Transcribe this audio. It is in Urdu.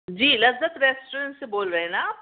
جی لذّت ریسٹورینٹ سے بول رہے ہیں نا آپ